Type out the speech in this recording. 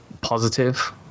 positive